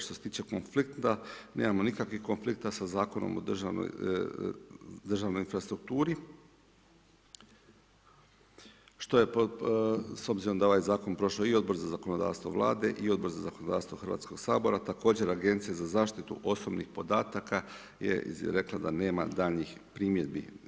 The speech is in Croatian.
Što se tiče konflikta, nemamo nikakvih konflikta sa Zakonom o državnoj infrastrukturi, što je, s obzirom da je ovaj Zakon prošao i Odbor za zakonodavstvo Vlade i Odbor za zakonodavstvo Hrvatskog sabora, također Agencije za zaštitu osobnih podataka je rekla da nema daljnjih primjedbi.